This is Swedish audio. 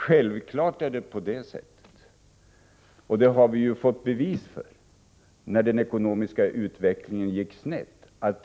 Självfallet är det så, vilket vi har fått bevis för när den ekonomiska utvecklingen gick snett.